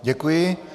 Děkuji.